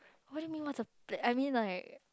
what do you mean what's a I mean like